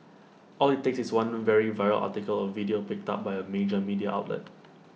all IT takes is one very viral article or video picked up by A major media outlet